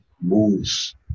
moves